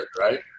right